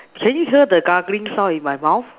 can you hear the gargling sound in my mouth